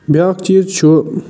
بیاکھ چیٖز چھُ